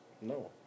No